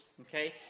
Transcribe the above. okay